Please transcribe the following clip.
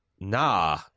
Nah